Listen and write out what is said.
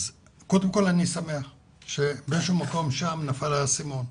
אני שמח שבאיזשהו מקום נפל האסימון.